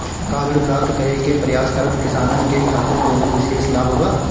का ऋण प्राप्त करे के प्रयास करत किसानन के खातिर कोनो विशेष लाभ बा